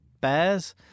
bears